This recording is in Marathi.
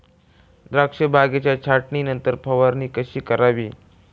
द्राक्ष बागेच्या छाटणीनंतर फवारणी कशी करावी?